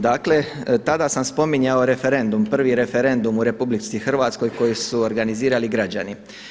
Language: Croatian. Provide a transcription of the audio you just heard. Dakle, tada sam spominjao referendum, prvi referendum koji su organizirali građani.